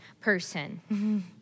person